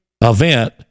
event